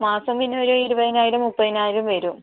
മാസം പിന്നെ ഒരു ഇരുപതിനായിരം മുപ്പതിനായിരം വരും